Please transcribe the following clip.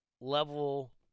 level